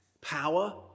Power